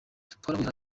twarahuye